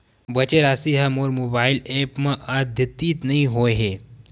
बचे राशि हा मोर मोबाइल ऐप मा आद्यतित नै होए हे